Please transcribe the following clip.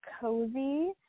cozy